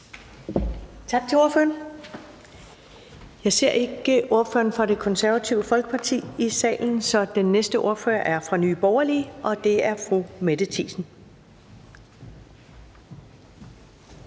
Tak til ordføreren. Jeg ser ikke ordføreren for Det Konservative Folkeparti i salen, så den næste ordfører er fra Nye Borgerlige, og det er fru Mette Thiesen.